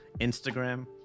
Instagram